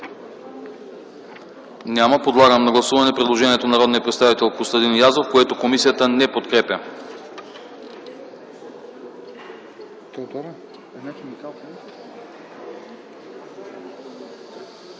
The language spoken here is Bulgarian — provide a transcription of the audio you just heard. Няма. Подлагам на гласуване предложението на народния представител Костадин Язов, което комисията не подкрепя.